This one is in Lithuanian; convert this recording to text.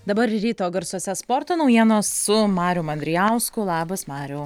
dabar ryto garsuose sporto naujienos su marium andrijausku labas mariau